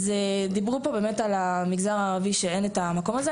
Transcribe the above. דיברו פה על המגזר הערבי שאין את המקום הזה.